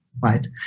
right